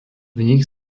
nich